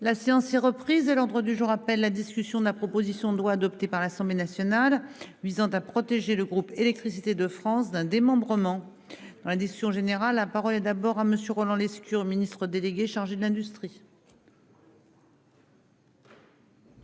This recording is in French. La séance est reprise et l'ordre du jour appelle la discussion de la proposition de loi adoptée par l'Assemblée nationale visant à protéger le groupe Électricité de France d'un démembrement. Dans la discussion générale. La parole est d'abord à monsieur Roland Lescure Ministre délégué chargé de l'industrie.